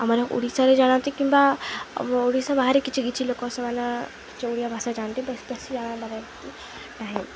ଆମର ଓଡ଼ିଶାରେ ଜାଣନ୍ତି କିମ୍ବା ଆମ ଓଡ଼ିଶା ବାହାରେ କିଛି କିଛି ଲୋକ ସେମାନେ କିଛି ଓଡ଼ିଆ ଭାଷା ଜାଣନ୍ତି ବେଶୀ ଜାଣିପାରନ୍ତି ନାହିଁ